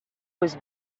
was